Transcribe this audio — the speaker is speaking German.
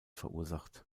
verursacht